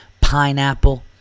pineapple